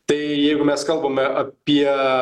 tai jeigu mes kalbame apie